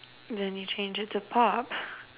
then you change it to pop